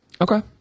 Okay